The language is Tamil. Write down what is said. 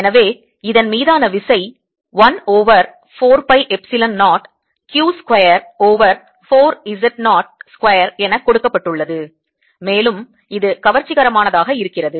எனவே இதன் மீதான விசை 1 over 4 pi epsilon 0 q square over 4 Z 0 square என கொடுக்கப்பட்டுள்ளது மேலும் இது கவர்ச்சிகரமானதாக இருக்கிறது